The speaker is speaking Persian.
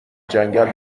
جنگل